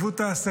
עזבו את העסקים,